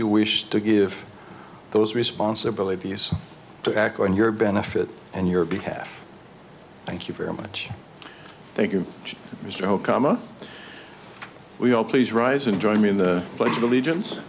who wish to give those responsibilities to act on your benefit and your behalf thank you very much thank you mr okama we are please rise and join me in the pledge of allegiance